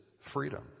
freedom